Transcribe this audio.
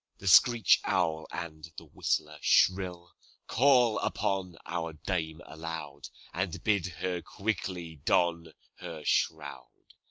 the screech-owl and the whistler shrill call upon our dame aloud, and bid her quickly don her shroud!